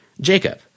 Jacob